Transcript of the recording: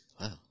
Wow